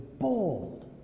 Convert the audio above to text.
bold